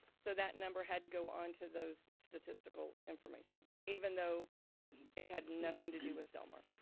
so that number had to go on to those statistical information, even though it had nothing to do with del mar.